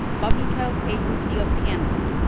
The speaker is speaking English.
public health agency of canada,